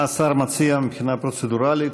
מה השר מציע מבחינה פרוצדורלית?